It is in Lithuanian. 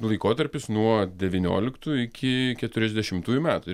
laikotarpis nuo devynioliktų iki keturiasdešimtųjų metų ir